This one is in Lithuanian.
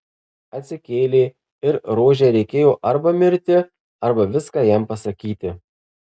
atsikėlė ir rožei reikėjo arba mirti arba viską jam pasakyti